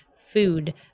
food